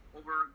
over